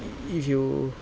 if you